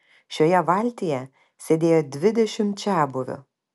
šioje valtyje sėdėjo dvidešimt čiabuvių